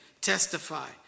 testify